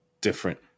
different